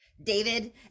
David